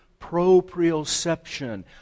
proprioception